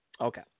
Okay